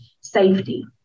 safety